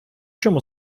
чому